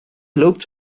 looked